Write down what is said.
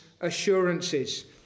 assurances